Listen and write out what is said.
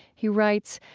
he writes,